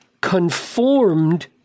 Conformed